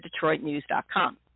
DetroitNews.com